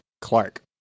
Clark